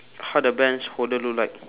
how the bench holder look like